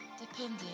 depending